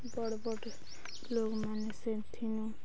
ବଡ଼ ବଡ଼ ଲୋକମାନେ ସେଥିନୁ